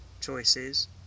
choices